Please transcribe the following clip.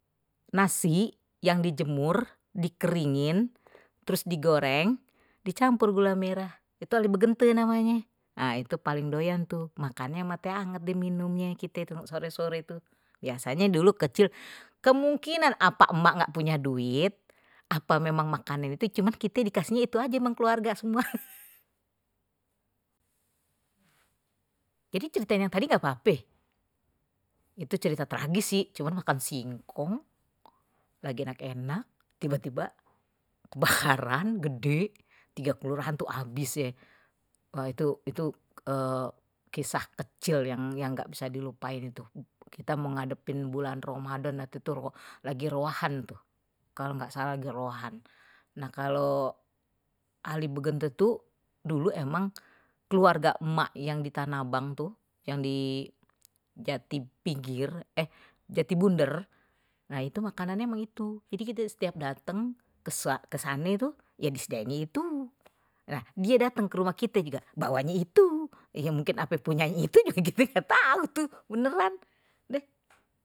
Nasi yang dijemur, dikeringin terus digoreng dicampur gula merah itu lebih namanye aliyebegenti, paling doyan tuh makannya ama teh anget diminumnya kita itu sore-sore itu biasanya dulu kecil kemungkinan apa emak nggak punya duit apa memang makan itu cuman kita dikasihnya itu aja emang keluarga semua. Jadi certain yang tadi engga pape, itu cerita tragis sih, cuman makan singkong lagi enak enak, tiba tiba kebakaran gede, tiga kelurahan tuh habis ye itu itu kisah kecil yang engga bisa dilupain tuh, ini kita mau ngadepin bulan ramadan itu lagi, waktu itu lagi rowahan tuh kalau enggak salah, lagi rowahan, nah kalau aliyebegenti tuh dulu emang keluarga emak yang di tanah abang tuh yang di jati pinggir jati bunder nah itu makanannya begitu jadi kita setiap datang ke sana itu disediainnye itu, dia datang ke rumah kita juga bawanya itu ya mungkin emang punya itu juga begitu enggak tahu beneran udah.